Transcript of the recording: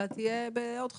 אלא שתהיה בעוד חודש,